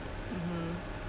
mmhmm